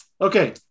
Okay